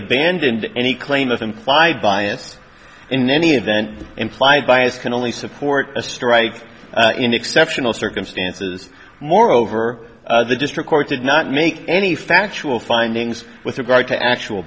abandoned any claim of them by bias in any event implied bias can only support a strike in exceptional circumstances moreover the district court did not make any factual findings with regard to actual